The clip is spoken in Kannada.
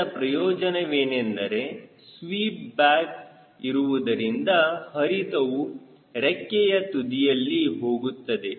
ಇದರ ಪ್ರಯೋಜನವೇನೆಂದರೆ ಸ್ವೀಪ್ ಬ್ಯಾಕ್ ಇರುವುದರಿಂದ ಹರಿತವು ರೆಕ್ಕೆಯ ತುದಿಯಲ್ಲಿ ಹೋಗುತ್ತದೆ